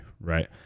Right